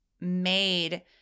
made